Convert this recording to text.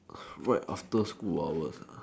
what after school hour